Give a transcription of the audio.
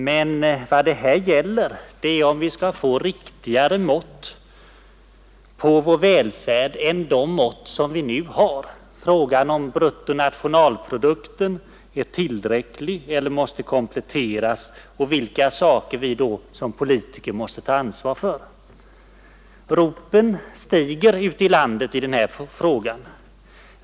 Men vad det här gäller är om vi skall få riktigare mått på vår välfärd än de mått vi nu har: frågan om bruttonationalprodukten är en tillräcklig mätare eller måste kompletteras och vilka saker vi då som politiker måste ta ansvar för. Ropen stiger ute i landet i den här frågan.